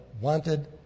wanted